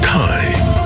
time